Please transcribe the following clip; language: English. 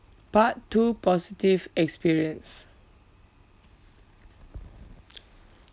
part two positive experience